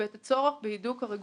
את הצורך בהידוק הרגולציה.